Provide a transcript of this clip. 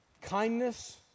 kindness